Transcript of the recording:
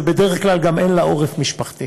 ובדרך כלל גם אין לה עורף משפחתי,